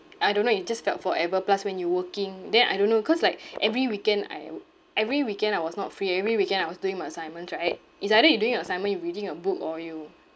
I don't know it just felt forever plus when you working then I don't know cause like every weekend I wou~ every weekend I was not free every weekend I was doing my assignments right it's either you doing your assignment you reading a book or you